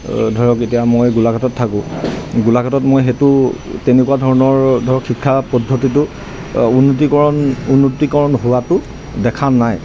ধৰক এতিয়া মই গোলাঘাটত থাকোঁ গোলাঘাটত মই সেইটো তেনেকুৱা ধৰণৰ ধৰক শিক্ষা পদ্ধতিটো উন্নতিকৰণ উন্নতিকৰণ হোৱাটো দেখা নাই